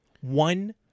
one